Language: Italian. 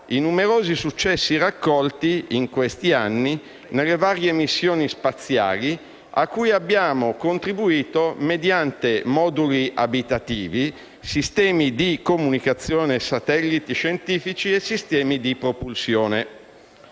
i numerosi successi raccolti in questi anni nelle varie missioni spaziali a cui abbiamo contribuito mediante moduli abitativi, sistemi di comunicazione, satelliti scientifici e sistemi di propulsione.